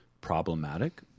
problematic